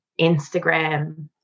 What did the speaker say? Instagram